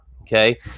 Okay